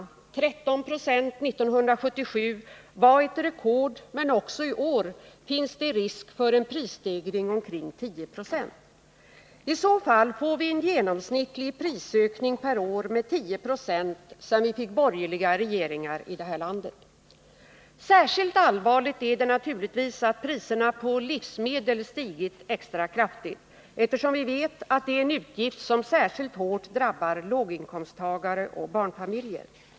13 96 år 1977 var ett rekord, men också i år finns det risk för en prisstegring på omkring 10 96. I så fall får vi en genomsnittlig prisökning per år med 1096 sedan vi fick borgerliga regeringar i det här landet. Särskilt allvarligt är det naturligtvis att priserna på livsmedel stigit extra kraftigt, eftersom vi vet att det är utgifter som särskilt hårt drabbar låginkomsttagare och barnfamiljer.